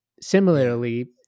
Similarly